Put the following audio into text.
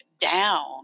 down